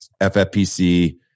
ffpc